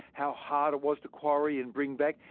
how hard it was to quarry and bring back,